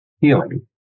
healing